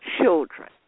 children